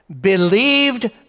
believed